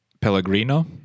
pellegrino